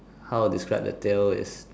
how to describe the tail is